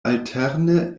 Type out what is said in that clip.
alterne